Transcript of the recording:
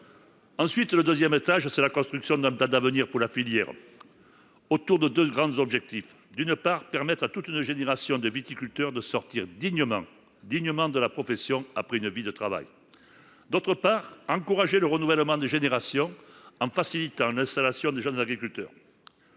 En second lieu, il s’agit de construire un plan d’avenir pour la filière autour de deux grands objectifs : d’une part, permettre à toute une génération de viticulteurs de sortir dignement de la profession après une vie de travail ; d’autre part, encourager le renouvellement des générations, en facilitant l’installation de jeunes agriculteurs.